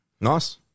Nice